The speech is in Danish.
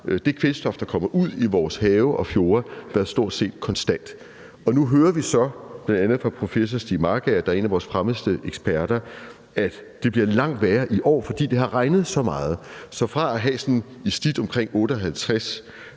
det kvælstof, der kommer ud i vores have og fjorde, været stort set konstant. Nu hører vi så, bl.a. fra professor Stiig Markager, der er en af vores fremmeste eksperter, at det bliver langt værre i år, fordi det har regnet så meget. Så fra at have sådan i snit omkring 58